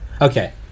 Okay